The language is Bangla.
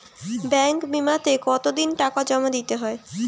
ব্যাঙ্কিং বিমাতে কত দিন টাকা জমা দিতে হয়?